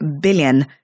billion